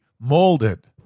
molded